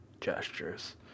gestures